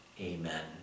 Amen